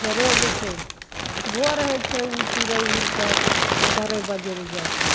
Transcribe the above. फेरो जे छै भोर होइ छै उओ चिड़ै उड़िके चरय बजय लए जाइ छै